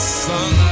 sun